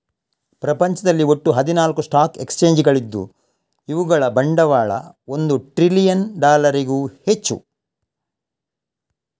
ಪ್ರಪಂಚದಲ್ಲಿ ಒಟ್ಟು ಹದಿನಾರು ಸ್ಟಾಕ್ ಎಕ್ಸ್ಚೇಂಜುಗಳಿದ್ದು ಇವುಗಳ ಬಂಡವಾಳ ಒಂದು ಟ್ರಿಲಿಯನ್ ಡಾಲರಿಗೂ ಹೆಚ್ಚು